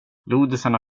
lodisarna